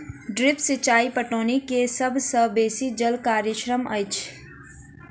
drip सिचाई पटौनी के सभ सॅ बेसी जल कार्यक्षम अछि